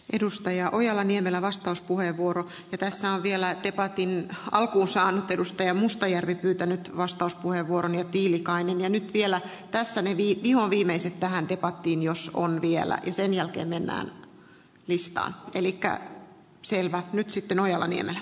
edustaja ojala niemelä vastauspuheenvuoro tässä on vielä gepartin alkuosaan perustaja mustajärvi pyytänyt vastauspuheenvuoron ja tiilikainen ja nyt vielä pääse levikki on viimeisin tähän debattiin jossa on vielä hetkellä semmoista halua ei näköjään tällä hallituksella ole olemassa